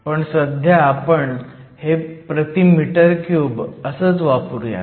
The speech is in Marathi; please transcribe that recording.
पण सध्या आपण हे m 3 असंच वापरूयात